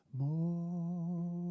more